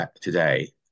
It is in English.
today